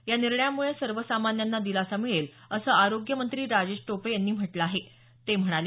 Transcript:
या निर्णयामुळे सर्वसामान्यांना दिलासा मिळेल असं आरोग्यमंत्री राजेश टोपे यांनी म्हटलं आहे ते म्हणाले